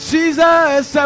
Jesus